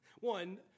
one